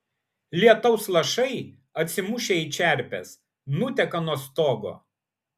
lietaus lašai atsimušę į čerpes nuteka nuo stogo